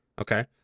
Okay